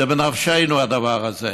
זה בנפשנו, הדבר הזה.